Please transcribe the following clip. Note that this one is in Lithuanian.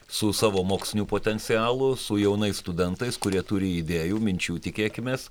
su savo moksliniu potencialu su jaunais studentais kurie turi idėjų minčių tikėkimės